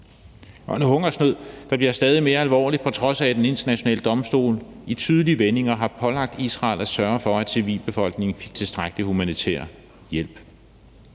er en hungersnød, der bliver stadig mere alvorlig, på trods af Den Internationale Domstol i tydelige vendinger har pålagt Israel at sørge for, at civilbefolkningen får tilstrækkelig humanitær hjælp.